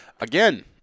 Again